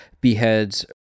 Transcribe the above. beheads